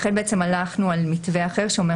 לכן בעצם הלכנו על מתווה אחר שלפיו